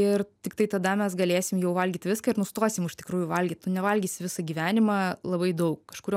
ir tiktai tada mes galėsim jau valgyt viską ir nustosim iš tikrųjų valgyt nevalgysi visą gyvenimą labai daug kažkuriuo